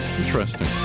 Interesting